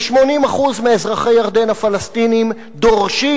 ו-80% מאזרחי ירדן הפלסטינים דורשים